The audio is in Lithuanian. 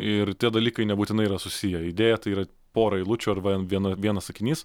ir tie dalykai nebūtinai yra susiję idėją tai yra pora eilučių arba viena vienas sakinys